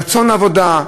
רצון לעבוד,